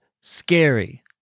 scary